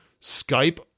Skype